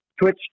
twitch